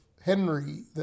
Henry